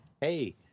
Hey